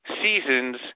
seasons